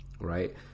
right